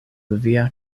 via